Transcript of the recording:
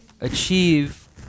achieve